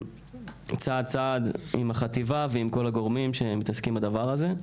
צעד צעד עם החטיבה ועם הגורמים שמתעסקים בדבר הזה.